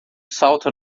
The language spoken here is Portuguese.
salto